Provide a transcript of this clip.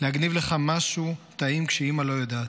להגניב לך משהו טעים כשאימא לא יודעת.